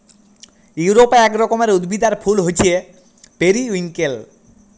ইউরপে এক রকমের উদ্ভিদ আর ফুল হচ্যে পেরিউইঙ্কেল